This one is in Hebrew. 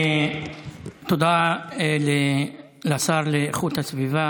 תודה לשר לאיכות הסביבה